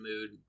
mood